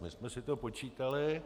My jsme si to počítali.